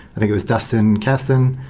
i think it was dustan kasten,